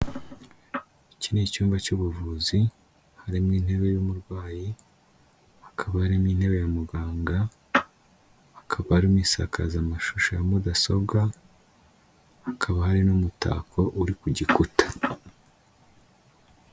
Iki ni icyumba cy'ubuvuzi, harimo intebe y'umurwayi, hakaba harimo intebe ya muganga, hakaba harimo isakazamashusho ya Mudasobwa, hakaba hari n'umutako uri ku gikuta.